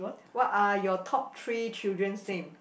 what are your top three children's name